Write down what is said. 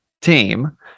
team